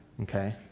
Okay